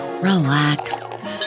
relax